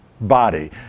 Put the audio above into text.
body